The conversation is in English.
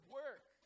work